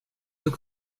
deux